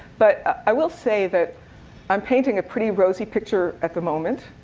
but i will say that i'm painting a pretty rosy picture at the moment,